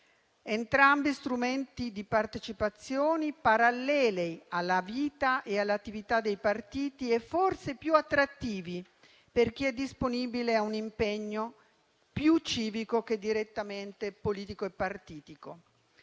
Entrambi strumenti di partecipazione paralleli alla vita e all'attività dei partiti e forse più attrattivi per chi è disponibile a un impegno più civico che direttamente politico e partitico.